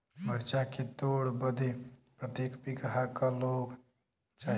मरचा के तोड़ बदे प्रत्येक बिगहा क लोग चाहिए?